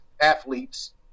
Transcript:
athletes